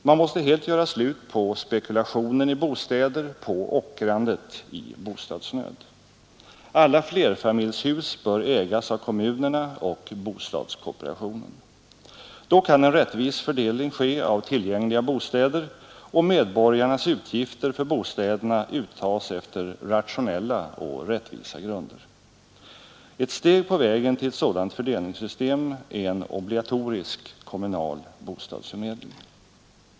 Man måste helt göra slut på spekulationen i bostäder, på ockrandet i bostadsnöd. Alla flerfamiljshus bör ägas av kommunerna och bostadskooperationen. Då kan en rättvis fördelning ske av tillgängliga bostäder och medborgarnas utgifter för bostäderna uttas efter rationella och rättvisa grunder. Ett steg på vägen till ett sådant fördelningssystem är en obligatorisk kommunal bostadsförmedling.